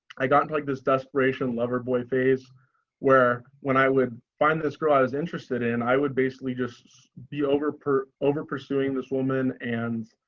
i got in like this desperation loverboy phase where when i would find this girl i was interested in i would basically just be over over pursuing this woman and,